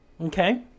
Okay